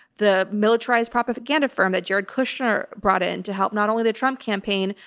the militarized propaganda firm that jared kushner brought in to help not only the trump campaign,